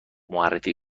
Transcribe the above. معرفی